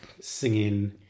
singing